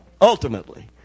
ultimately